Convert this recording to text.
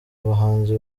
bahanzi